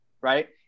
right